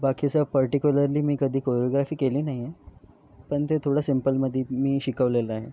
बाकी सब पर्टिक्युलरली मी कधी कोरिओग्राफी केली नाही आहे पण ते थोडं सिंपलमध्ये मी शिकवलेलं आहे